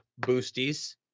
boosties